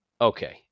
okay